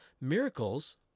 Miracles